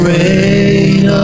rain